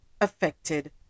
affected